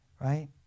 right